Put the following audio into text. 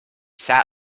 sat